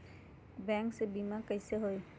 Bank से बिमा कईसे होई?